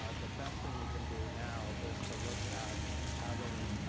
ah the best thing we can do now is to look at having